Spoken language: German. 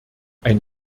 ein